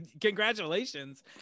Congratulations